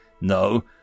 no